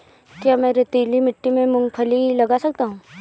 क्या मैं रेतीली मिट्टी में मूँगफली लगा सकता हूँ?